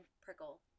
prickle